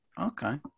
Okay